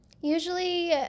usually